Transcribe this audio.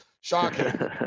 Shocking